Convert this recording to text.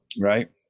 right